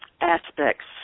aspects